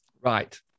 Right